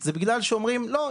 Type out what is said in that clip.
זה בגלל שאומרים 'לא,